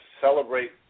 celebrate